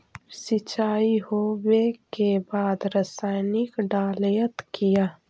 सीचाई हो बे के बाद रसायनिक डालयत किया?